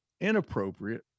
inappropriate